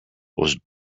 was